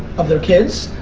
of their kids.